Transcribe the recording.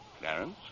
Clarence